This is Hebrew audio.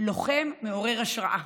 לוחם מעורר השראה.